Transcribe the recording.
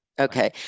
Okay